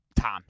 Tom